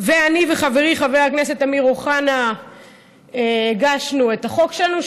ואני וחברי חבר הכנסת אמיר אוחנה הגשנו את החוק שלנו,